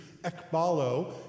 ekbalo